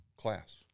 class